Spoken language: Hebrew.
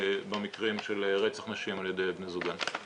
במקרים של רצח נשים על ידי בני זוגן.